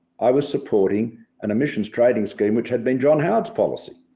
i was supporting an emissions trading scheme which had been john howard's policy.